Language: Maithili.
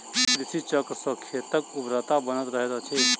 कृषि चक्र सॅ खेतक उर्वरता बनल रहैत अछि